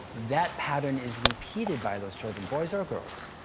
that pattern is repeated by those children, boys or girls,